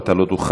אתה לא תוכל,